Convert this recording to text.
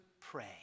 pray